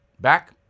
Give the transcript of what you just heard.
Back